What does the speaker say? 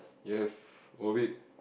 yes orbit